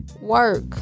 work